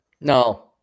No